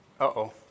Uh-oh